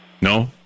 No